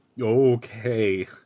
okay